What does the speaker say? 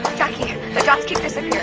but jacki, the dots keep disappearing.